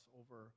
over